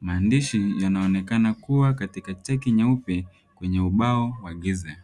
Maandishi yanaonekana kuwa katika safu kwenye ubao wa giza.